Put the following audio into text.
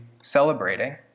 celebrating